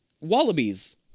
wallabies